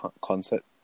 concert